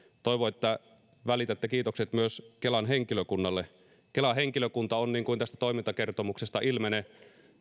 toivon että välitätte kiitokset myös kelan henkilökunnalle kelan henkilökunta on niin kuin tästä toimintakertomuksesta ilmenee